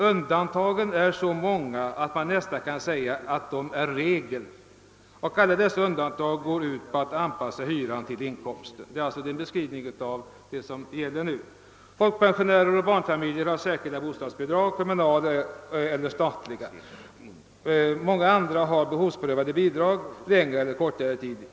Undantagen är så många att man nästan kan säga att de är regel, och alla dessa undantag går ut på att anpassa hyran till inkomsten.» — Det är alltså en beskrivning av vad som gäller nu. Vidare heter det: »Folkpensionärer och barnfamiljer har särskilda bostadsbidrag, kommunala eller statliga. Många andra har behovsprövade bidrag längre eller kortare tid.